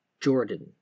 Jordan